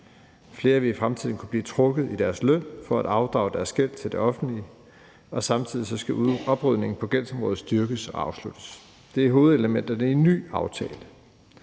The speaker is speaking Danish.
Flere vil i fremtiden kunne blive trukket i løn for at afdrage deres gæld til det offentlige, og samtidig skal oprydningen på gældsområdet styrkes og afsluttes. Det er hovedelementerne i en ny aftale.